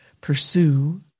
pursue